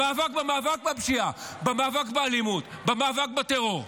המאבק במאבק בפשיעה, במאבק באלימות, במאבק בטרור.